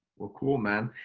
well, cool, man.